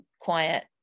quiet